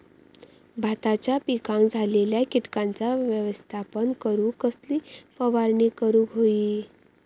भाताच्या पिकांक झालेल्या किटकांचा व्यवस्थापन करूक कसली फवारणी करूक होई?